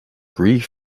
grief